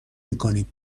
میکنیم